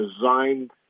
designed